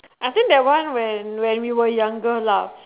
I think that one when when we were younger love